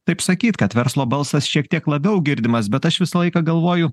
taip sakyt kad verslo balsas šiek tiek labiau girdimas bet aš visą laiką galvoju